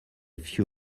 few